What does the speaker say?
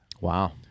wow